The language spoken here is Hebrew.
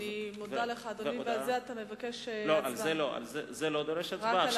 זה לא דורש הצבעה.